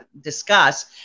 discuss